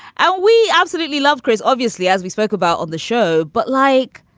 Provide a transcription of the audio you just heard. ah we absolutely loved chris, obviously, as we spoke about on the show. but like,